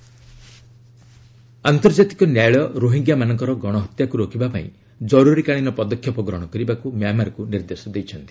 ICJ Rohingya ଆନ୍ତର୍ଜାତିକ ନ୍ୟାୟାଳୟ ରୋହିଙ୍ଗ୍ୟାମାନଙ୍କର ଗଣହତ୍ୟାକୁ ରୋକିବା ପାଇଁ ଜରୁରିକାଳୀନ ପଦକ୍ଷେପ ଗ୍ରହଣ କରିବାକୁ ମ୍ୟାମାରକୁ ନିର୍ଦ୍ଦେଶ ଦେଇଛନ୍ତି